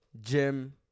gym